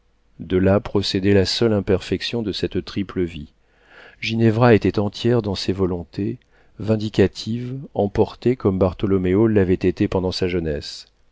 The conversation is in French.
de là procédait la seule imperfection de cette triple vie ginevra était entière dans ses volontés vindicative emportée comme bartholoméo l'avait été pendant sa jeunesse